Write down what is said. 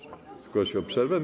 Zgłosił o przerwę?